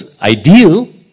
ideal